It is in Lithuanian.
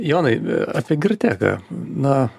jonai apie girteką na